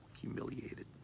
humiliated